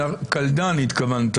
התכוונת